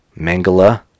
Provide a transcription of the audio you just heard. Mangala